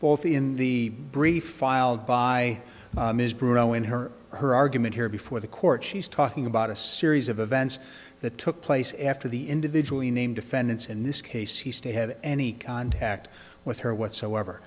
both in the brief filed by ms bruno and her her argument here before the court she's talking about a series of events that took place after the individual named defendants in this case he still had any contact with her whatsoever